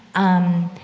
um,